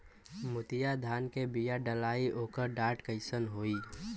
मोतिया धान क बिया डलाईत ओकर डाठ कइसन होइ?